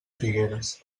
figueres